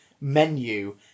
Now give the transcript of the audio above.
menu